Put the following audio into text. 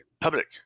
public